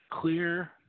clear